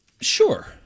Sure